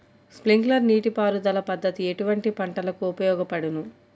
Sprinkler నీటిపారుదల పద్దతి ఎటువంటి పంటలకు ఉపయోగపడును?